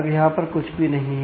अब यहां पर कुछ भी नहीं है